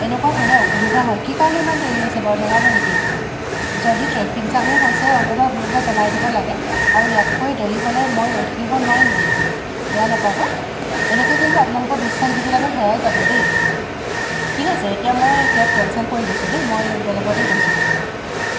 এনেকুৱা হ'লে অসুবিধা হয় কি কাৰণে ইমান দেৰি হৈছে বাৰু জনাব নেকি যদি ট্ৰেফিক জামেই হৈছে অন্ততঃ আপোনালোকে জনাই দিব লাগে আৰু ইয়াতকৈ দেৰি হ'লে মই ৰৈ থাকিব নোৱাৰিম কিন্তু বেয়া নাপাব এনেকৈ কিন্তু আপোনালোকৰ বিশ্বাসযোগ্যতাটো হেৰাই যাব দেই ঠিক আছে এতিয়া মই কেব কেনচেল কৰি দিছো দেই মই বেলেগতে গৈছোগে